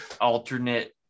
alternate